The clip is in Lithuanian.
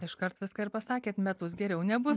iškart viską ir pasakėt metus geriau nebus